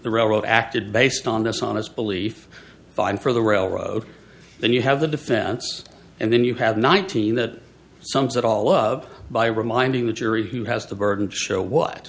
the railroad acted based on dishonest belief fine for the railroad then you have the defense and then you have nineteen that sums it all up by reminding the jury who has the burden to show what